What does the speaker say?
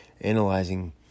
analyzing